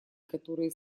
которые